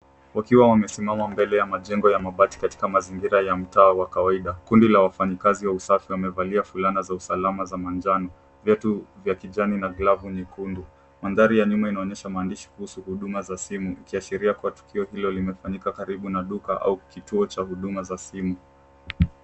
Wakiwa wamesimama mbele ya majengo ya mabati katika mazingira ya mtaa wa kawaida. Kundi la wafanyakazi wa usafi wamevalia fulana za usalama za manjano, viatu vya kijani na glavu nyekundu. Mandhari ya nyuma inaonyesha maandishi kuhusu huduma za simu ikiashiria kuwa tukio hilo limefanyika karibu na duka au kituo cha huduma za simu.